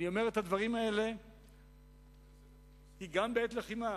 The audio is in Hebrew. אני אומר את הדברים האלה, כי גם בעת לחימה